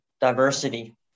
diversity